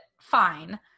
Fine